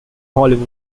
hollywood